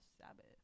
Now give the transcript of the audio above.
Sabbath